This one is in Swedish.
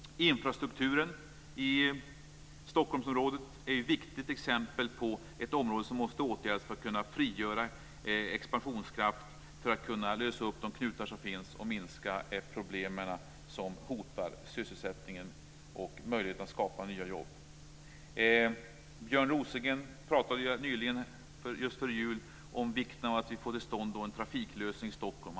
Infrastrukturen i Stockholmsområdet är ett viktigt exempel på ett område som måste åtgärdas för att man ska kunna frigöra expansionskraft, lösa upp de knutar som finns och minska de problem som hotar sysselsättningen och möjligheten att skapa nya jobb. Björn Rosengren talade nyligen, just före jul, om vikten av att vi får till stånd en trafiklösning i Stockholm.